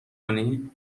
کنی